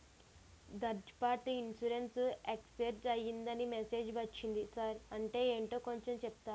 Third party insurance expire అయ్యిందని message ఒచ్చింది sir అంటే ఏంటో కొంచె చెప్తారా?